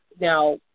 now